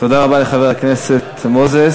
תודה רבה לחבר הכנסת מוזס.